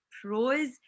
pros